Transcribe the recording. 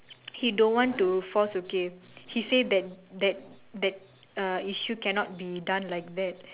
he don't want to force okay he say that that that uh issue cannot be done like that